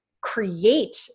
create